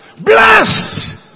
Blessed